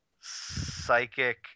psychic